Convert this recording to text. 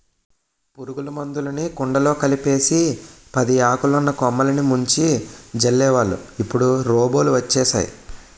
పురుగుల మందులుని కుండలో కలిపేసి పదియాకులున్న కొమ్మలిని ముంచి జల్లేవాళ్ళు ఇప్పుడు రోబోలు వచ్చేసేయ్